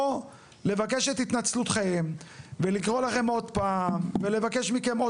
או לבקש את התנצלותכם ולקרוא לכם עוד פעם ולבקש מכם עוד